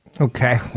Okay